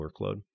workload